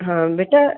ਹਾਂ ਬੇਟਾ